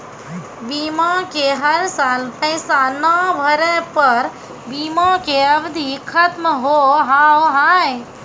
बीमा के हर साल पैसा ना भरे पर बीमा के अवधि खत्म हो हाव हाय?